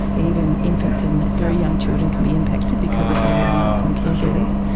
even infants and very young children can be impacted because of their reliance on caregivers.